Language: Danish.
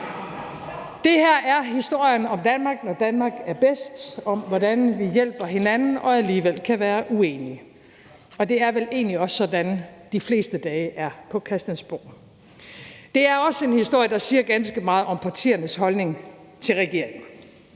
Det her er historien om Danmark, når Danmark er bedst, om, hvordan vi hjælper hinanden og alligevel kan være uenige, og det er vel egentlig også sådan, de fleste i dag er på Christiansborg. Det er også en historie, der siger ganske meget om partiernes holdning til regeringen.